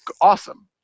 awesome